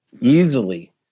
easily